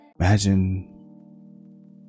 imagine